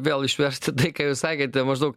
vėl išversti tai ką jūs sakėte maždaug